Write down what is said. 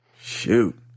Shoot